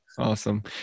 Awesome